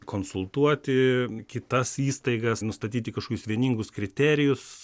konsultuoti kitas įstaigas nustatyti kažkokius vieningus kriterijus